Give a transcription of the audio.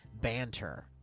BANTER